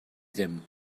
ddim